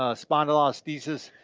ah spondylolisthesis.